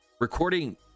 recording